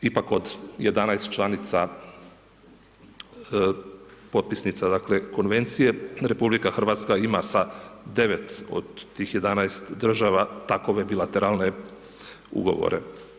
Ipak od 11 članica potpisnica konvencije, RH ima sa 9 od tih 11 država takove bilateralne ugovore.